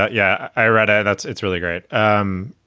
ah yeah i read it. that's it's really great. um